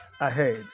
ahead